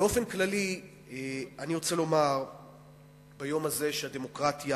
באופן כללי אני רוצה לומר ביום הזה שהדמוקרטיה,